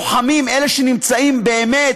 אני תומך בהצעת החוק הזאת,